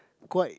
quite